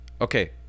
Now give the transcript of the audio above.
okay